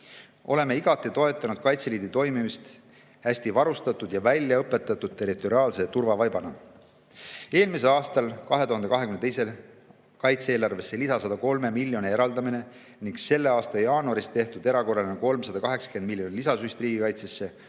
Oleme igati toetanud Kaitseliidu toimimist hästi varustatud ja väljaõpetatud territoriaalse turvavaibana. Eelmisel aastal 2022. aasta kaitse-eelarvesse 103 lisamiljoni eraldamine ning selle aasta jaanuaris tehtud erakorraline 380 miljoni euro suurune lisasüst riigikaitsesse